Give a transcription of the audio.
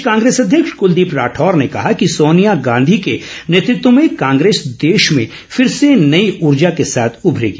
प्रदेश कांग्रेस अध्यक्ष कलदीप राठौर ने कहा कि सोनिया गांधी के नेतत्व में कांग्रेस देश मेँ फिर से नई ऊर्जा के साथ उभरेगी